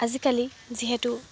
আজিকালি যিহেতু